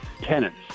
tenants